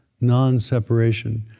non-separation